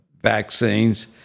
vaccines